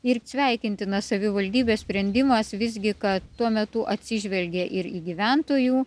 ir sveikintinas savivaldybės sprendimas visgi kad tuo metu atsižvelgė ir į gyventojų